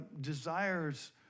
desires